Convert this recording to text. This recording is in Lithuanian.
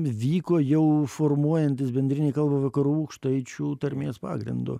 vyko jau formuojantis bendrinei kalbai vakarų aukštaičių tarmės pagrindu